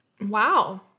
Wow